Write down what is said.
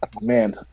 man